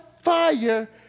fire